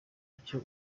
icyo